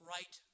Right